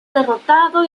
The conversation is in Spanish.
derrotado